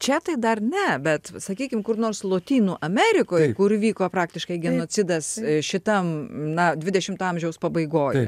čia tai dar ne bet sakykim kur nors lotynų amerikoj kur vyko praktiškai genocidas šitam na dvidešimto amžiaus pabaigoje